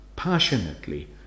passionately